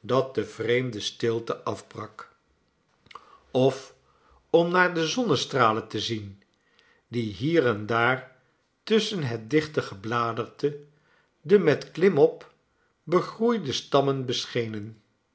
dat de vreedzame stilte afbrak of om naar de zonnestralen te zien die hier en daar tusschen het dichte gebladerte de met klimop begroeide stammen beschenen